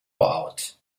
out